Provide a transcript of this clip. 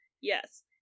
yes